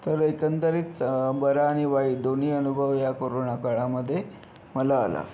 तर एकंदरीत बरं आणि वाईट दोन्ही अनुभव ह्या कोरोना काळामध्ये मला आला